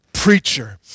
preacher